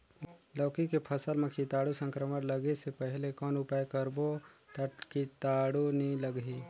लौकी के फसल मां कीटाणु संक्रमण लगे से पहले कौन उपाय करबो ता कीटाणु नी लगही?